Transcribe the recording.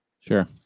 Sure